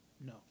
No